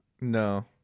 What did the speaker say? No